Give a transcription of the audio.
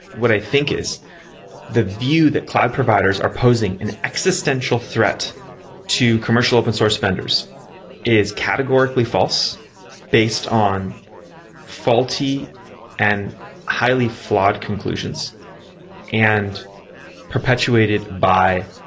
what i think is the view that cloud providers are posing an existential threat to commercial open source vendors is categorically false based on faulty and highly flawed conclusions and perpetuated by,